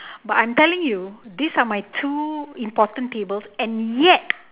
but I am telling you these are my two important tables and yet